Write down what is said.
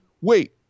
wait